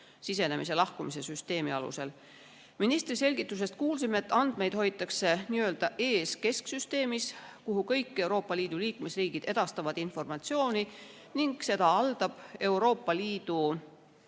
sisenemise ja lahkumise süsteemi alusel. Ministri selgitusest kuulsime, et andmeid hoitakse nii-öelda EES‑i kesksüsteemis, kuhu kõik Euroopa Liidu liikmesriigid edastavad informatsiooni, ning seda haldab Euroopa Liidu